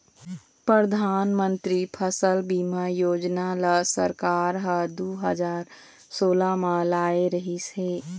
परधानमंतरी फसल बीमा योजना ल सरकार ह दू हजार सोला म लाए रिहिस हे